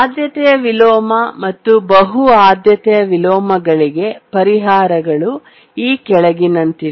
ಆದ್ಯತೆಯ ವಿಲೋಮ ಮತ್ತು ಬಹು ಆದ್ಯತೆಯ ವಿಲೋಮಗಳಿಗೆ ಪರಿಹಾರಗಳು ಈ ಕೆಳಗಿನಂತಿವೆ